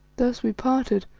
thus we parted,